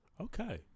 Okay